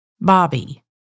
Bobby